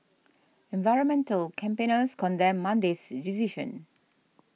environmental campaigners condemned Monday's decision